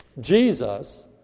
Jesus